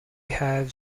have